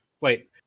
Wait